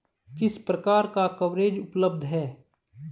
किस प्रकार का कवरेज उपलब्ध है?